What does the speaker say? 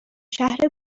شهر